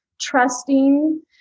trusting